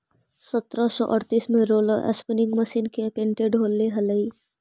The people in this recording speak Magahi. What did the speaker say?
सत्रह सौ अड़तीस में रोलर स्पीनिंग मशीन के पेटेंट होले हलई